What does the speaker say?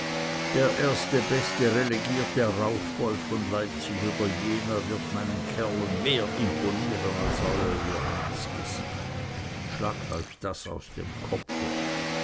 der erste beste relegierte raufbold von leipzig oder jena wird meinen kerlen mehr imponieren als euer johannesgesicht schlagt euch das aus dem kopfe